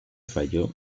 falló